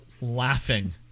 laughing